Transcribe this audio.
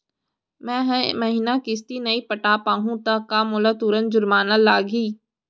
मैं ए महीना किस्ती नई पटा पाहू त का मोला तुरंत जुर्माना लागही?